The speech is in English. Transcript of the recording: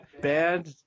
bad